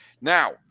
Now